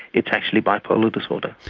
it's actually bipolar disorder.